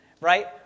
right